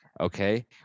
okay